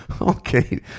Okay